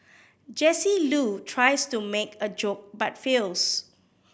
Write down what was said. Jesse Loo tries to make a joke but fails